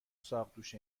ساقدوش